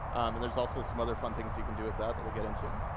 and there's also some other fun things you can do with that that we'll get into.